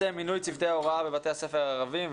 מינוי צוותי ההוראה בבתי הספר הערבים,